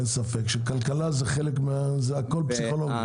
אין ספק, זה הכל פסיכולוגיה.